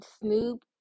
Snoop